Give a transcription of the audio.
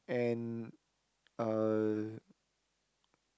and uh